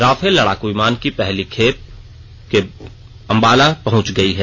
Rafale लडाकू विमान की पहली खेप बाद अम्बाला पहुंच गई है